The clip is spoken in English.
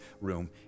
room